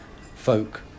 folk